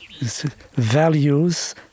Values